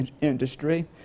industry